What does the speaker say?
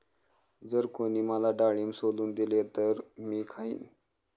जर कोणी मला डाळिंब सोलून दिले तर मी खाईन